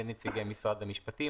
ונציגי משרד המשפטים.